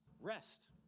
rest